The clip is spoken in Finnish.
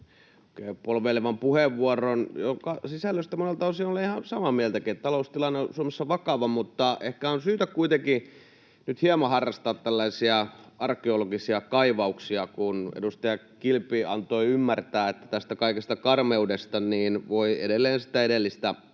piti polveilevan puheenvuoron, jonka sisällöstä monelta osin olen ihan samaakin mieltä, taloustilanne on Suomessa vakava. Mutta ehkä on syytä kuitenkin nyt hieman harrastaa tällaisia arkeologisia kaivauksia, kun edustaja Kilpi antoi ymmärtää, että tästä kaikesta karmeudesta voi edelleen edellistä hallitusta